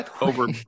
over